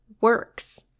works